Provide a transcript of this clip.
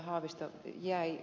haavisto jäi